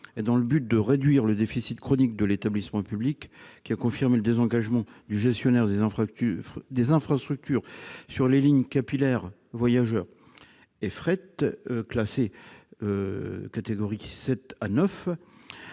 dans le but de réduire le déficit chronique de l'établissement public, qui a confirmé le désengagement du gestionnaire des infrastructures sur les lignes capillaires- voyageurs et fret, classées 7 à 9